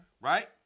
right